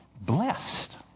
blessed